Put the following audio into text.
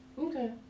Okay